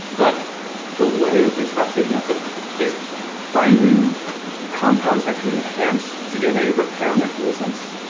but the way of disrupting this is finding compounds that can enhance dna repair mechanisms